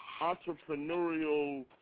entrepreneurial